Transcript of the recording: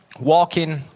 Walking